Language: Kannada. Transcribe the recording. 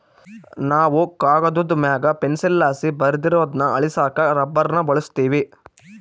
ನಾವು ಕಾಗದುದ್ ಮ್ಯಾಗ ಪೆನ್ಸಿಲ್ಲಾಸಿ ಬರ್ದಿರೋದ್ನ ಅಳಿಸಾಕ ರಬ್ಬರ್ನ ಬಳುಸ್ತೀವಿ